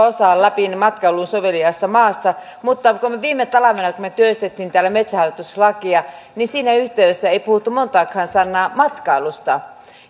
osaa lapin matkailuun soveliaasta maasta mutta kun me viime talvena työstimme täällä metsähallitus lakia niin siinä yhteydessä ei puhuttu montaakaan sanaa matkailusta